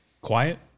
quiet